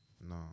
No